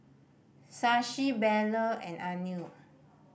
Shashi Bellur and Anil